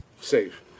Safe